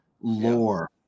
lore